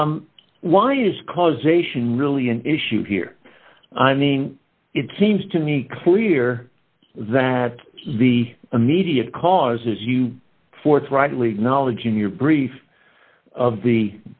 why is causation really an issue here i mean it seems to me clear that the immediate cause is you forthrightly knowledge in your brief of the